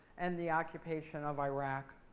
and the occupation of iraq.